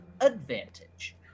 advantage